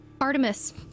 Artemis